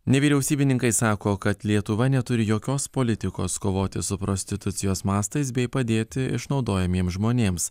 nevyriausybininkai sako kad lietuva neturi jokios politikos kovoti su prostitucijos mastais bei padėti išnaudojamiems žmonėms